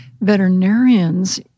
veterinarians